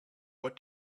what